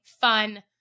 fun